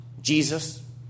Jesus